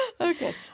Okay